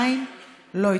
2 לא התקבלה.